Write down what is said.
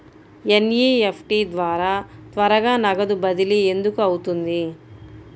NEFT ద్వారా త్వరగా నగదు బదిలీ ఎందుకు అవుతుంది?